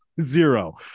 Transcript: Zero